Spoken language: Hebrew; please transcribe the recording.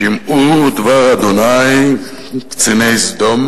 שמעו דבר ה' קציני סדום